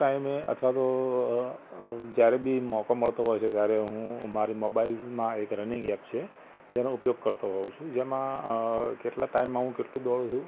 ટાઈમે અથવા તો જયારે બી મોકો મળતો હોય છે ત્યારે હું મારે મોબાઈલમાં એક રનિંગ ઍપ છે જેનો ઉપયોગ કરતો હોઉં છું જેમાં કેટલા ટાઈમમાં હું કેટલું દોડું છું